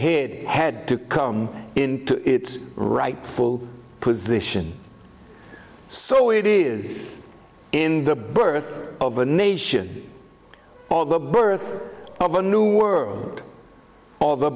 hid had to come into its rightful position so it is in the birth of a nation of the birth of a new world of the